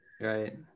Right